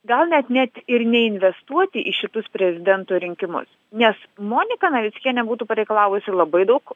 gal net net ir neinvestuoti į šitus prezidento rinkimus nes monika navickienė būtų pareikalavusi labai daug